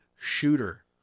shooter